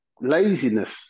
laziness